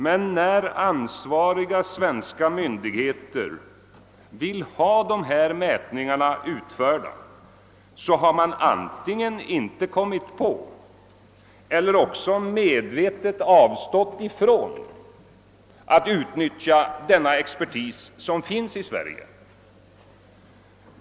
Men när ansvariga svenska myndigheter vill ha mätningarna utförda, har man antingen inte kommit på att — eller också har man medvetet avstått ifrån att — utnyttja den expertis som finns i Sverige.